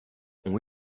ont